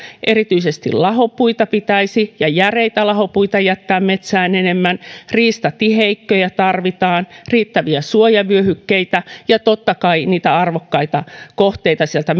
erityisesti lahopuita järeitä lahopuita pitäisi jättää metsään enemmän riistatiheikköjä tarvitaan riittäviä suojavyöhykkeitä ja totta kai niitä arvokkaita kohteita sieltä